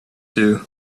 two